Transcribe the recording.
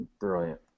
Brilliant